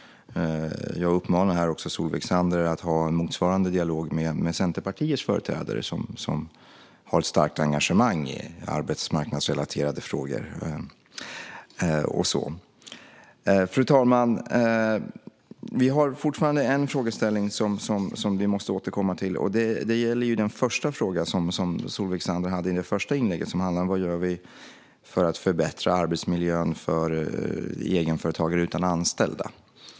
Jag uppmanar Solveig Zander att ha motsvarande dialog med Centerpartiets företrädare som har ett starkt engagemang i arbetsrelaterade frågor. Fru talman! Vi har fortfarande en frågeställning som vi måste återkomma till. Det gäller den första fråga som Solveig Zander hade i det första inlägget. Vad gör vi för att förbättra arbetsmiljön för egenföretagare utan anställda?